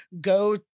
go